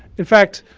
in fact,